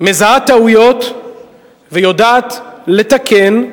מזהה טעויות ויודעת לתקן,